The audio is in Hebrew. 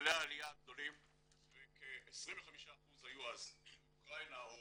בגלי עליה גדולים וכ-25% היו אז מאוקראינה או